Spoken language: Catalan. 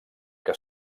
que